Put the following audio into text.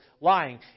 lying